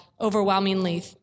overwhelmingly